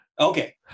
Okay